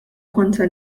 kontra